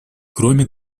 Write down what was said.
кроме